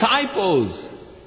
disciples